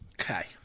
Okay